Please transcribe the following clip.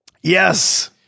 Yes